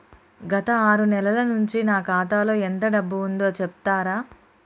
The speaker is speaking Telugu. గత ఆరు నెలల నుంచి నా ఖాతా లో ఎంత డబ్బు ఉందో చెప్తరా?